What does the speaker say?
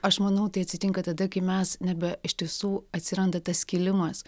aš manau tai atsitinka tada kai mes nebe iš tiesų atsiranda tas skilimas